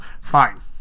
fine